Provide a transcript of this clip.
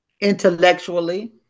intellectually